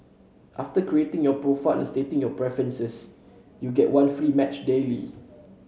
after creating your profile and stating your preferences you get one free match daily